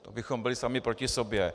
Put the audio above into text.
To bychom byli sami proti sobě.